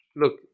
Look